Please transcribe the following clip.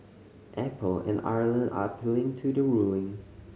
apple and Ireland are appealing to the ruling